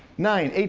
nine, eighteen,